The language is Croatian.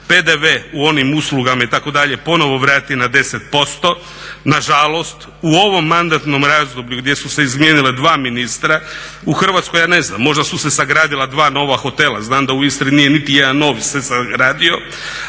PDV u onim uslugama itd., ponovo vrati na 10%. Nažalost u ovom mandatnom razdoblju gdje su se izmijenila dva ministra, u Hrvatskoj ja ne znam, možda su se sagradila dva nova hotela. Znam da u Istri nije niti jedan novi se sagradio.